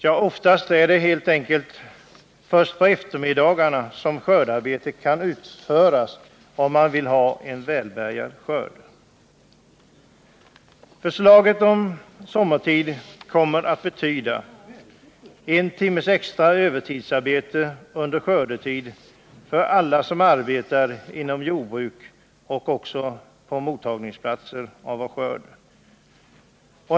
Ja, oftast är det helt enkelt först på eftermiddagarna som skördearbetet kan utföras, om man vill ha skörden väl bärgad. Införandet av sommartid kommer att betyda en timmes extra övertidsar bete under skördetid för alla som arbetar inom jordbruket och också på mottagningsplatserna för vår skörd.